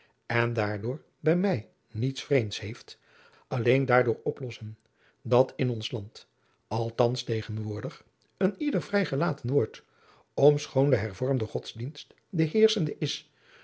en daardoor bij mij niets vreemds heeft alleen daardoor oplossen dat in ons land althans tegenwoordig een ieder vrijgelaten wordt om schoon de hervormde godsdienst de heerschende is